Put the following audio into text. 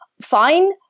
fine